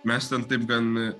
mes ten taip gan